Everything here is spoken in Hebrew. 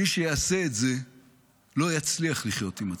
מי שיעשה את זה לא יצליח לחיות עם עצמו,